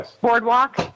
boardwalk